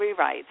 rewrites